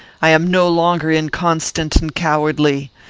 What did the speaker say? i am no longer inconstant and cowardly.